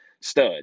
stud